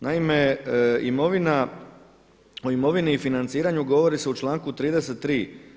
Naime, imovina, o imovini i financiranju govori se u članku 33.